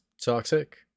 toxic